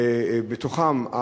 בתוכם,